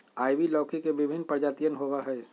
ivy लौकी के विभिन्न प्रजातियन होबा हई